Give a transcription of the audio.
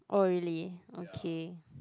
oh really okay